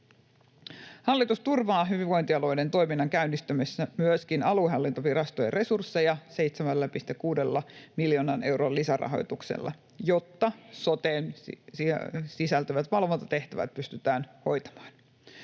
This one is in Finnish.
Hallitus turvaa hyvinvointialueiden toiminnan käynnistämisessä myöskin aluehallintovirastojen resursseja 7,6 miljoonan euron lisärahoituksella, jotta soteen sisältyvät valvontatehtävät pystytään hoitamaan.